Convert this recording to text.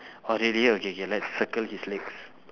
oh really okay K let's circle his legs